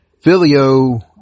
filio